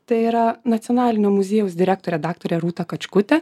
tai yra nacionalinio muziejaus direktorė daktarė rūta kačkutė